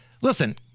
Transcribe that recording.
listen